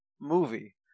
movie